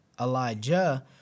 Elijah